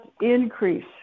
increase